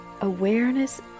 Awareness